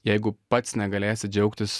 jeigu pats negalėsi džiaugtis